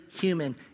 human